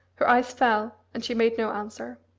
her eyes fell, and she made no answer.